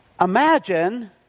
Imagine